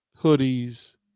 hoodies